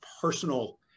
personal